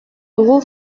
dugu